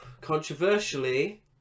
Controversially